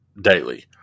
daily